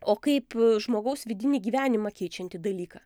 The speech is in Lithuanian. o kaip žmogaus vidinį gyvenimą keičiantį dalyką